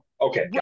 Okay